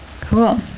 cool